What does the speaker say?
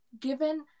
given